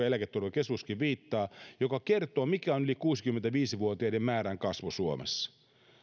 eläketurvakeskuskin viittaa ja joka kertoo mikä on yli kuusikymmentäviisi vuotiaiden määrän kasvu suomessa